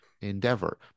endeavor